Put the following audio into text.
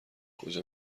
کجا